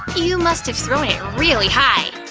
you must've thrown it really high,